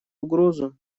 угрозу